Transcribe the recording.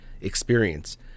experience